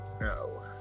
no